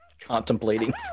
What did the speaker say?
Contemplating